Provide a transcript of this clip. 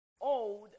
old